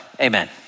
Amen